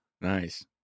nice